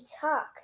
talk